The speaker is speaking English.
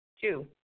Two